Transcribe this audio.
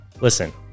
listen